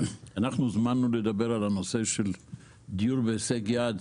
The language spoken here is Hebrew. הוזמנו לדבר על הנושא של דיור בהישג יד